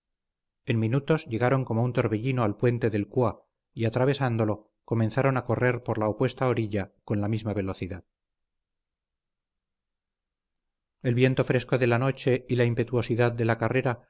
en minutos llegaron como un torbellino al puente del cúa y atravesándolo comenzaron a correr por la opuesta orilla con la misma velocidad el viento fresco de la noche y la impetuosidad de la carrera